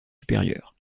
supérieur